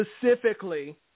specifically